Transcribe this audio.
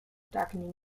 darkening